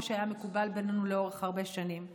שהיה מקובל בינינו לאורך הרבה שנים.